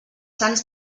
sants